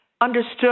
Understood